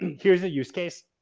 um here's a use case.